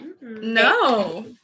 No